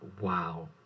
Wow